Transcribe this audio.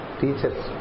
teachers